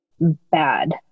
bad